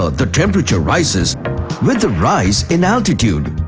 ah the temperature rises with the rise in altitude.